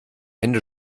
hände